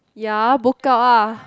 ya book out ah